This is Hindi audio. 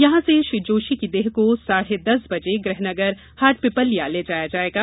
यहां से श्री जोशी की देह को साढ़े दस बजे गृह नगर हाटपिपलिया ले जाया जायेगा